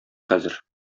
хәзер